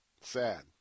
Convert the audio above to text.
Sad